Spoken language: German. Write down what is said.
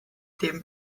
dem